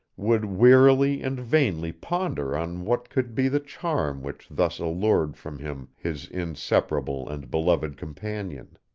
would wearily and vainly ponder on what could be the charm which thus allured from him his inseparable and beloved companion.